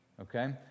Okay